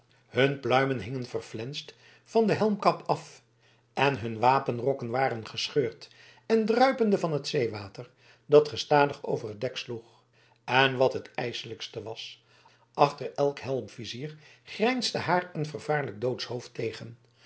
hun pluimen hingen verflenst van den helmkam af en hun wapenrokken waren gescheurd en druipende van het zeewater dat gestadig over het dek sloeg en wat het ijselijkste was achter elk helmvizier grijnsde haar een vervaarlijk doodshoofd tegen